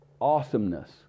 awesomeness